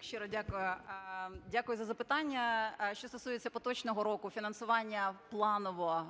Щиро дякую, дякую за запитання. Що стосується поточного року фінансування планово